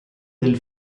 del